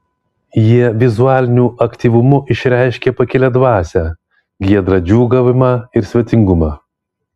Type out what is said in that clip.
jie vizualiniu aktyvumu išreiškė pakilią dvasią giedrą džiūgavimą ir svetingumą